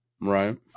Right